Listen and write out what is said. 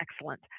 excellent